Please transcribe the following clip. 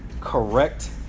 correct